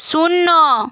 শূন্য